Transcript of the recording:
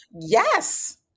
Yes